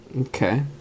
Okay